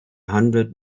hundred